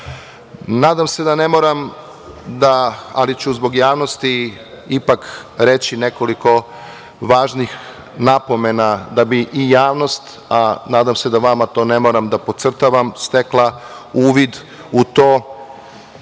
se da ne moram, ali ću zbog javnosti ipak reći nekoliko važnih napomena da bi i javnost, a nadam se da to vama ne moram da podcrtavam, stekla uvid u to